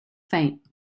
faint